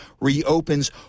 reopens